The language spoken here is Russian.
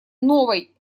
новой